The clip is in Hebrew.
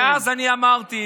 ואז אני אמרתי,